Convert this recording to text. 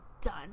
done